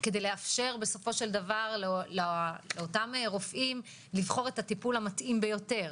כדי לאפשר לאותם רופאים לבחור את הטיפול המתאים ביותר.